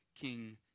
King